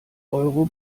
euro